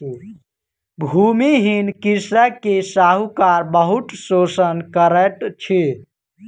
भूमिहीन कृषक के साहूकार बहुत शोषण करैत अछि